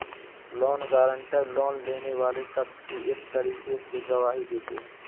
loan guarantor, loan लेने वाले शख्स की एक तरीके से गवाही देते हैं